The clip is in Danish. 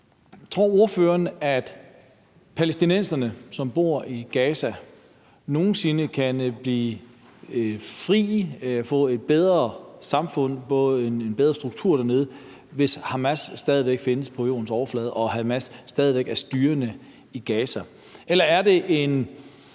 Tror ordføreren, at palæstinenserne, som bor i Gaza, nogen sinde kan blive frie, få et bedre samfund, få en bedre struktur dernede, hvis Hamas stadig væk findes på jordens overflade og Hamas stadig væk er styrende i Gaza? Eller er det en